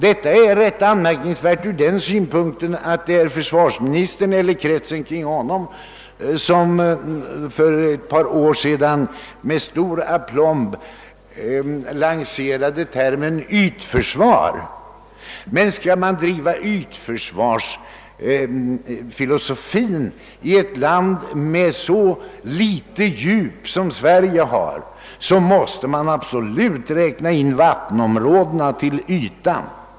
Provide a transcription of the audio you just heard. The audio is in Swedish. Detta är anmärkningsvärt ur den synpunkten att försvarsministern eller kretsen kring honom för ett par år sedan med aplomb lanserade en teori om ytförsvar. Men skall man driva ytförsvarsfilosofin i ett land med så ringa djup som Sverige måste man absolut räkna in vattenom rådena i ytan.